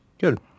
good